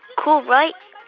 cool, right?